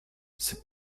ses